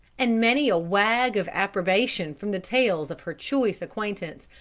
and many a wag of approbation from the tails of her choice acquaintance,